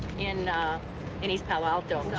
in in east palo alto.